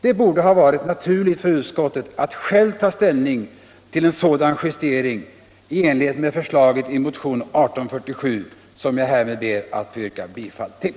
Det borde ha varit naturligt för utskottet att självt ta ställning till en sådan justering i enlighet med förslaget i motionen 1847, som jag härmed ber att få yrka bifall till.